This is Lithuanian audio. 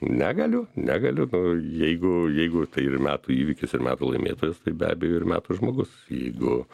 negaliu negaliu nu jeigu jeigu tai ir metų įvykis ir metų laimėtojas tai be abejo ir metų žmogus jeigu